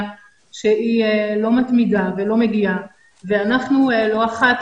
שהיא לא מתמידה ולא מגיעה ואנחנו לא אחת,